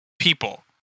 people